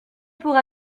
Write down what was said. pourra